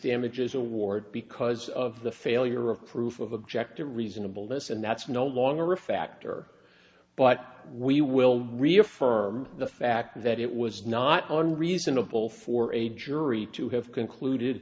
damages award because of the failure of proof of objective reasonable this and that's no longer a factor but we will reaffirm the fact that it was not on reasonable for a jury to have concluded